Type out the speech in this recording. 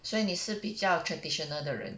所以你是比较 traditional 的人